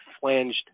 flanged